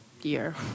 year